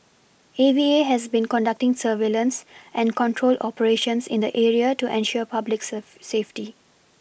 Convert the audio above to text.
A V A has been conducting surveillance and control operations in the area to ensure public serve safety